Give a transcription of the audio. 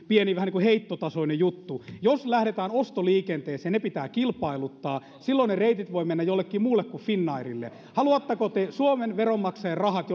pieni heittotasoinen juttu jos lähdetään ostoliikenteeseen ne pitää kilpailuttaa silloin ne reitit voivat mennä jollekin muulle kuin finnairille haluatteko te suomen veronmaksajien rahat